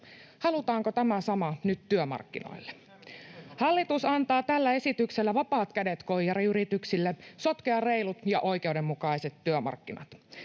Halutaanko tämä sama nyt työmarkkinoille? [Kimmo Kiljunen: Halutaan!] Hallitus antaa tällä esityksellä vapaat kädet koijariyrityksille sotkea reilut ja oikeudenmukaiset työmarkkinat.